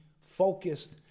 focused